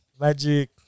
Magic